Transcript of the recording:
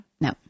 No